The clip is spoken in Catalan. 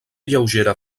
lleugera